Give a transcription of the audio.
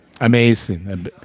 Amazing